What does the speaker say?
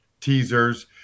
teasers